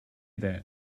that